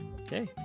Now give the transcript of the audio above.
Okay